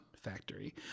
factory